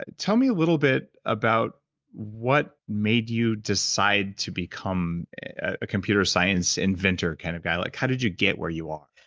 ah tell me a little bit about what made you decide to become a computer science inventor kind of guy. like how did you get where you are?